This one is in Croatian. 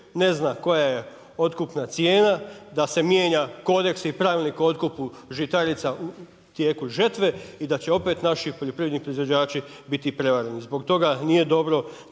ne zna koja je otkupna cijena, da se mijenja kodeks i pravilnik o otkupu žitarica tijekom žetve i da će opet naši poljoprivredni proizvođači biti prevareni. Zbog toga nije dobro, da